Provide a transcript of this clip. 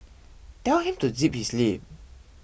tell him to zip his lip